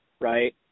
right